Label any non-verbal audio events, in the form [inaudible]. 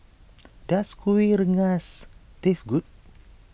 [noise] does Kuih Rengas taste good [noise]